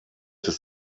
des